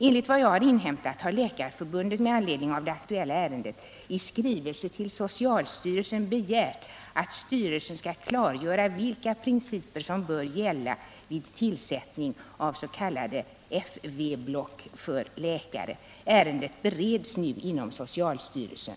Enligt vad jag har inhämtat har Läkarförbundet med anledning av det aktuella ärendet i skrivelse till socialstyrelsen begärt att styrelsen skall klargöra vilka principer som bör gälla vid tillsättning av s.k. FV-block för läkare. Ärendet bereds nu inom socialstyrelsen.